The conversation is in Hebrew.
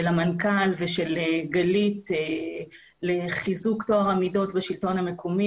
של המנכ"ל ושל גלית לחיזוק טוהר המידות בשלטון המקומי.